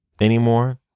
anymore